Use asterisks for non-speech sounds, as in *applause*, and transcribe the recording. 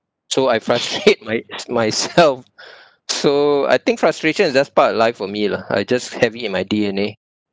so I frustrate *laughs* my myself so I think frustration is just part of life for me lah I just have it in my D_N_A